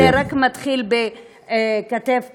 שזה רק מתחיל בכתף קרה,